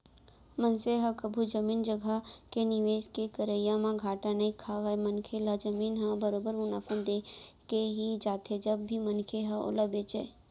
मनसे ह कभू जमीन जघा के निवेस के करई म घाटा नइ खावय मनखे ल जमीन ह बरोबर मुनाफा देके ही जाथे जब भी मनखे ह ओला बेंचय